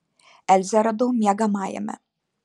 elzę radau miegamajame